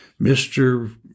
Mr